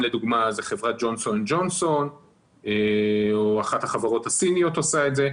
חברת ג'ונסון או ג'ונסון או אחת החברות הסיניות עושה את זה.